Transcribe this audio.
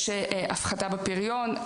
יש הפחתה בפריון,